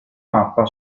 mappa